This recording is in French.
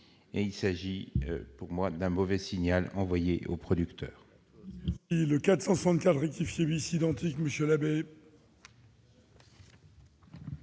il s'agit, pour moi, d'un mauvais signal envoyé aux producteurs.